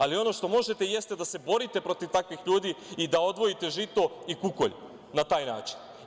Ali, ono što možete, jeste da se borite protiv takvih ljudi i da odvojite žito i kukolj na taj način.